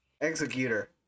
Executor